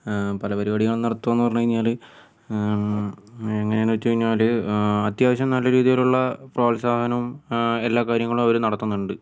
പല പരിപാടികളും നടത്തുകയെന്ന് പറഞ്ഞു കഴിഞ്ഞാൽ എങ്ങനെയാണെന്ന് വച്ചു കഴിഞ്ഞാൽ അത്യാവശ്യം നല്ല രീതിയിലുള്ള പ്രോത്സാഹനം എല്ലാ കാര്യങ്ങളും അവർ നടത്തുന്നുണ്ട്